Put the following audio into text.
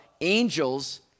angels